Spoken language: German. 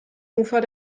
ufer